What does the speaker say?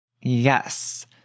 Yes